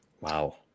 Wow